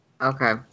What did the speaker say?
Okay